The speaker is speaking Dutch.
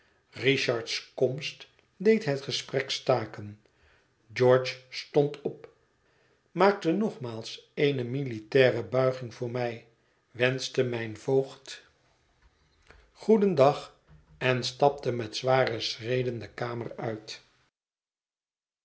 richard's komst deed het gesprek staken george stond op maakte nogmaals eene militaire buiging voor mij wenschte mijn voogd goevolstrekt niet gehaast dendag en stapte met zware schreden de kamer uit